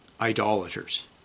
idolaters